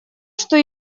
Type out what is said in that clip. что